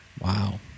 Wow